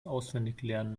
auswendiglernen